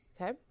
Okay